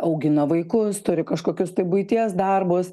augina vaikus turi kažkokius tai buities darbus